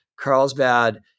Carlsbad